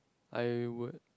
I would